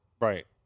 Right